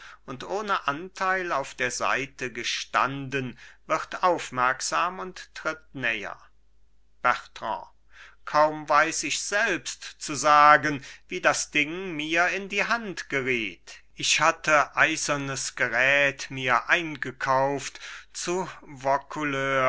und ohne anteil auf der seite gestanden wird aufmerksam und tritt näher bertrand kaum weiß ich selbst zu sagen wie das ding mir in die hand geriet ich hatte eisernes gerät mir eingekauft zu